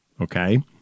Okay